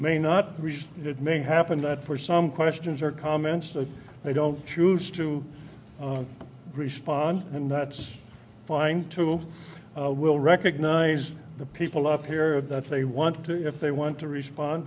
it it may happen that for some questions or comments that they don't choose to respond and that's fine too we'll recognize the people up here that they want to if they want to respond